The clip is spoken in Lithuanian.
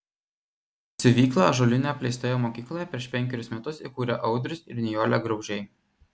siuvyklą ąžuolinių apleistoje mokykloje prieš penkerius metus įkūrė audrius ir nijolė graužiai